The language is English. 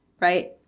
right